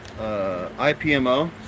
IPMO